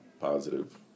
Positive